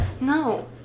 No